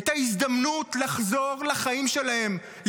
את ההזדמנות לחזור לחיים שלהם,